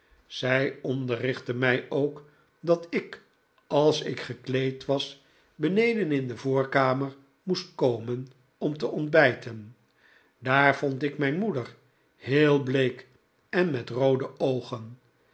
zij onderrichtte mij ook dat ik als ik gekleed was beneden in de voorkamer moest komen om te ontbijten daar vond ik mijn moeder heel bleek en met roode oogen